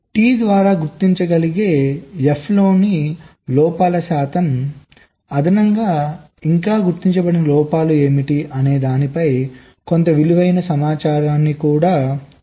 T ద్వారా గుర్తించగలిగే F లోని లోపాల శాతం అదనంగా ఇంకా గుర్తించబడని లోపాలు ఏమిటి అనే దానిపై కొంత విలువైన సమాచారాన్ని కూడా ఇస్తుంది